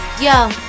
yo